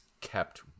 kept